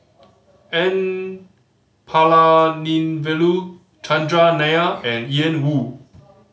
N Palanivelu Chandran Nair and Ian Woo